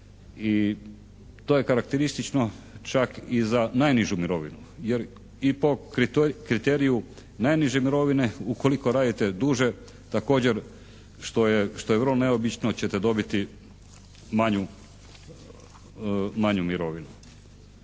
i to je karakteristično čak i za najnižu mirovinu, jer i po kriteriju najniže mirovine ukoliko radite duže također što je vrlo neobično ćete dobiti manju mirovinu.